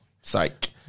Psych